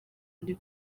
ndi